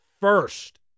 first